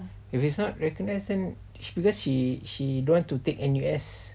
if it's not recognize then because she she don't want to take N_U_S